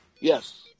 Yes